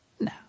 No